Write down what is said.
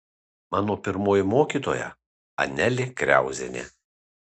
mano pirmoji mokytoja anelė kriauzienė